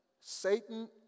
Satan